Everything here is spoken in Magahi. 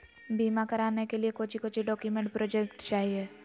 बीमा कराने के लिए कोच्चि कोच्चि डॉक्यूमेंट प्रोजेक्ट चाहिए?